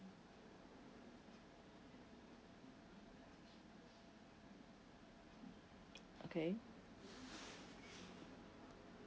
okay